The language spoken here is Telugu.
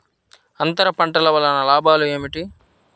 అంతర పంటల వలన లాభాలు ఏమిటి?